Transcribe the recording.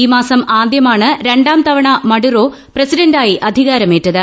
ഈ മാസം ആദ്യമാണ് രണ്ടാം തവണ മഡുറോ പ്രസിഡന്റായി അധികാരമേറ്റത്